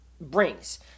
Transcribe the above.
brings